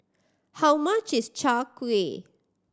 how much is Chai Kueh